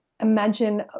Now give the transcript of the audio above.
imagine